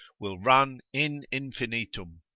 will run in infinitum,